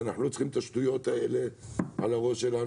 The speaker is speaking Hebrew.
ואנחנו לא צריכים את השטויות האלה על הראש שלנו.